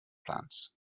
plants